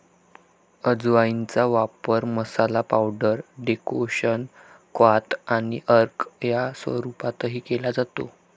अजवाइनचा वापर मसाला, पावडर, डेकोक्शन, क्वाथ आणि अर्क या स्वरूपातही केला जातो